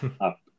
up